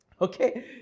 Okay